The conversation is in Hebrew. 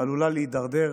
עלולה להידרדר,